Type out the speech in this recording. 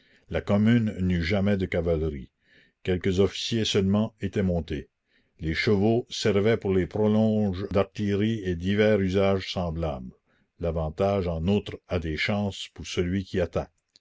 la commune n'eut jamais de cavalerie quelques officiers seulement étaient montés les chevaux servaient pour les prolonges d'artillerie et divers usages semblables l'avantage en outre a des chances pour celui qui